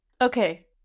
okay